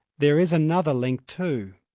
there is another link, too.